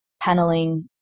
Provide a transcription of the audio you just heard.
paneling